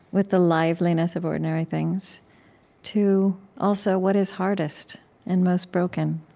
with the liveliness of ordinary things to also what is hardest and most broken